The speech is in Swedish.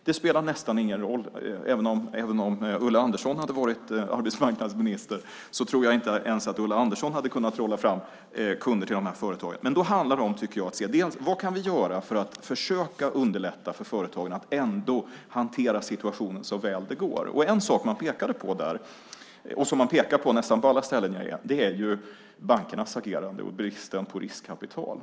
Det spelar nästan ingen roll: Även om Ulla Andersson hade varit arbetsmarknadsminister tror jag inte att ens hon hade kunnat trolla fram kunder till de här företagen. Men då handlar det om att se vad vi kan göra för att försöka underlätta för företagen att ändå hantera situationen så väl det går. En sak man pekade på där och som man pekar på nästan på alla ställen jag är på är bankernas agerande och bristen på riskkapital.